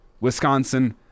Wisconsin